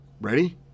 ready